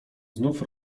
znów